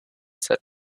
said